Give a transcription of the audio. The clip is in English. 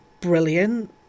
brilliant